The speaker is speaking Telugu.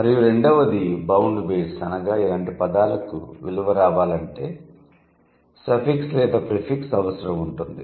మరియు రెండవది బౌండ్ బేస్ అనగా ఇలాంటి పదాలకు విలువ రావాలంటే సఫిక్స్ లేదా ప్రిఫిక్స్ అవసరం ఉంటుంది